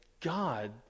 God